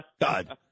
God